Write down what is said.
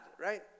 Right